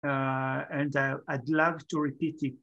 and I'd love to repeat it